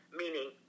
meaning